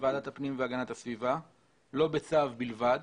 ועדת הפנים והגנת הסביבה ולא בצו בלבד.